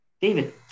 David